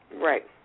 Right